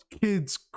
kids